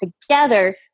together